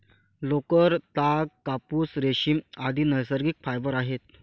लोकर, ताग, कापूस, रेशीम, आदि नैसर्गिक फायबर आहेत